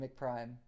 mcprime